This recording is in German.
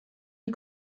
die